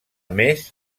més